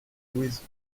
louise